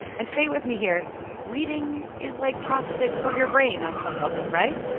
and stay with me here reading is like crossfit for your brain on some level, right?